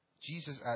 Jesus